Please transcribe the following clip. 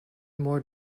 more